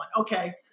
Okay